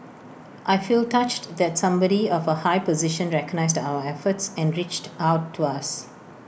I feel touched that somebody of A high position recognised our efforts and reached out to us